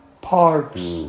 parks